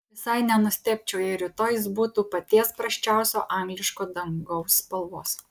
visai nenustebčiau jei rytoj jis būtų paties prasčiausio angliško dangaus spalvos